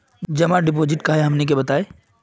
जमा डिपोजिट का हे हमनी के बताई?